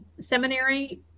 seminary